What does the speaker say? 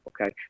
Okay